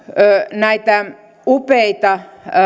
näitä upeita